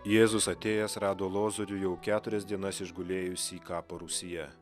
jėzus atėjęs rado lozorių jau keturias dienas išgulėjusį kapo rūsyje